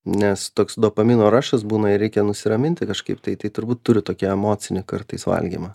nes toks dopamino rašas būna ir reikia nusiraminti kažkaip tai turbūt turi tokią emocinę kartais valgymą